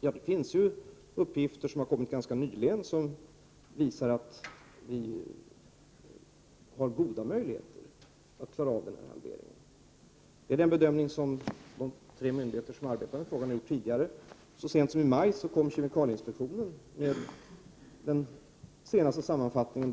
har det kommit uppgifter som visar att vi har goda möjligheter att klara av en halvering. Det är den bedömning som de tre myndigheter som arbetar med frågan tidigare har gjort. Så sent som i maj presenterade kemikalieinspektionen sin sammanfatt — Prot. 1988/89:127 ning baserad på senaste tillgängliga uppgifter.